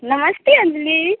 नमस्ते अंजली